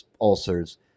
ulcers